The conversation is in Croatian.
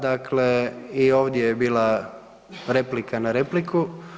Dakle i ovdje je bila replika na repliku.